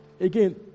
Again